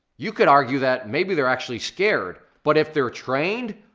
you could argue that maybe they're actually scared. but if they're trained,